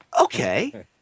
okay